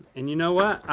and you know what?